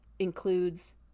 includes